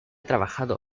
trabajado